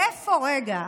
רגע.